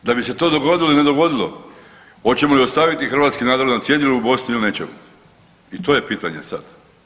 Da bi se to dogodilo ili ne dogodilo oćemo li ostaviti hrvatski narod na cjedilu u Bosni ili nećemo i to je pitanje sad.